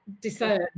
discern